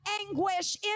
anguish